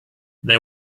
they